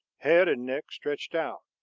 head and neck stretched out.